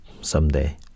someday